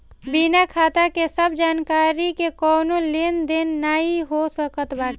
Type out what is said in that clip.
बिना खाता के सब जानकरी के कवनो लेन देन नाइ हो सकत बाटे